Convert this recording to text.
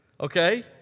okay